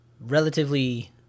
relatively